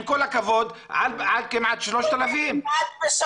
עם כל הכבוד, על כמעט 3,000. מ-10,000 ל-3,000.